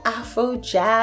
Afro-Jazz